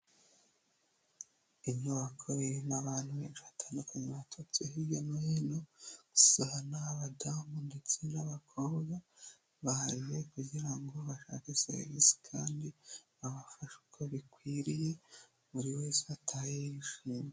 Inyubako irimo abantu benshi batandukanye baturutse hirya no hino gusa ni abadamu ndetse n'abakobwa, baje kugira ngo bashake serivisi kandi babafashe uko bikwiriye buri wese atahe yishimye.